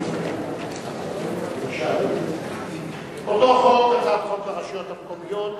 אותו חוק, הצעת חוק הרשויות המקומיות.